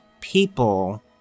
people